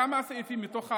כמה סעיפים מתוך האמנה: